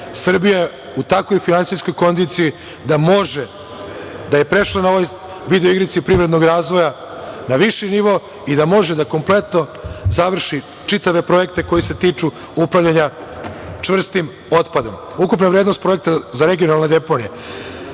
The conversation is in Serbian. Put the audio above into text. Srbija je u takvoj finansijskoj kondiciji da može, da je prešla na ovoj video igrici privrednog razvoja na viši nivo i da može da kompletno završi čitave projekte koji se tiču upravljanja čvrstim otpadom. Ukupna vrednost projekta za regionalne deponije